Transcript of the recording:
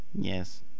Yes